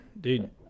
dude